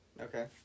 Okay